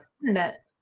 internet